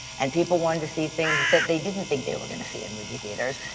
and people wanted to see things that they didn't think they were gonna see in movie theaters.